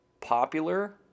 popular